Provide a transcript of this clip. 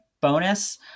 bonus